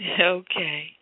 Okay